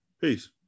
Peace